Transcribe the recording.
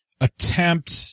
attempt